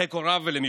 לחיק הוריו ולמשפחתו.